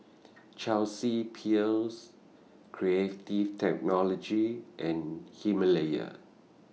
Chelsea Peers Creative Technology and Himalaya